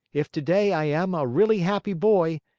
if today i am a really happy boy,